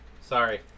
Sorry